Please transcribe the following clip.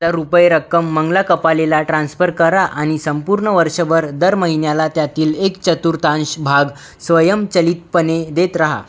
जार रुपये रक्कम मंगला कपालेला ट्रान्स्पर करा आणि संपूर्ण वर्षभर दर महिन्याला त्यातील एक चतुर्थांश भाग स्वयंचलितपणे देत रहा